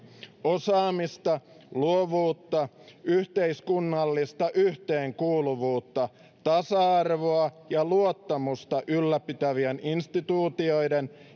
osaamista luovuutta yhteiskunnallista yhteenkuuluvuutta tasa arvoa ja luottamusta ylläpitävien instituutioiden